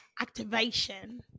Activation